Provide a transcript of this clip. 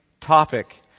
topic